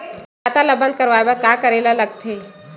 खाता ला बंद करवाय बार का करे ला लगथे?